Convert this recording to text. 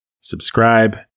subscribe